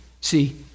see